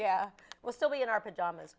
yeah we'll still be in our pajamas